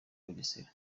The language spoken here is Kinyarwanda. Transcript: bugesera